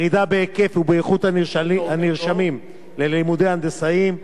לירידה בהיקף ובאיכות של הנרשמים ללימודי הנדסאים,